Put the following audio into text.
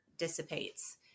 dissipates